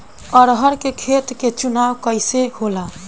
अरहर के खेत के चुनाव कइसे होला?